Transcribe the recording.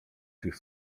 tych